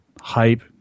hype